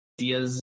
ideas